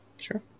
Sure